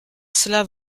cela